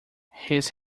his